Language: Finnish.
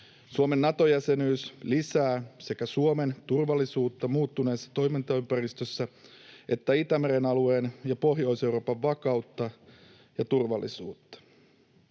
Suomen Nato-jäsenyys lisää sekä Suomen turvallisuutta muuttuneessa toimintaympäristössä että Itämeren alueen ja Pohjois-Euroopan vakautta ja turvallisuutta.